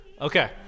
Okay